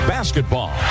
Basketball